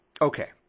Okay